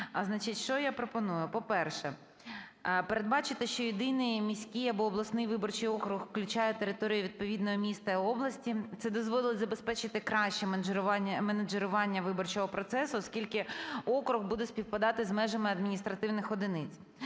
Значить, що я пропоную. По-перше, передбачити, що єдиний міський або обласний виборчий округ включає територію відповідного міста і області. Це дозволить забезпечити краще менеджерування виборчого процесу, оскільки округ буде співпадати з межами адміністративних одиниць.